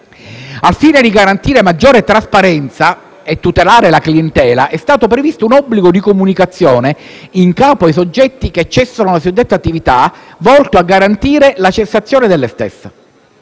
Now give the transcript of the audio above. Al fine di garantire maggiore trasparenza e tutelare la clientela, è stato previsto un obbligo di comunicazione in capo ai soggetti che cessano le suddette attività, volto a garantire la cessazione delle stesse.